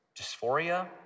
dysphoria